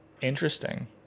interesting